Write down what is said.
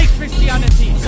Christianity